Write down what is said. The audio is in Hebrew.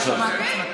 שומעים אותך.